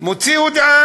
מוציא הודעה